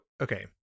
Okay